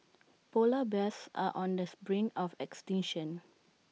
Polar Bears are on this brink of extinction